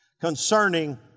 concerning